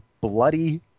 bloody